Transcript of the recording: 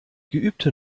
geübte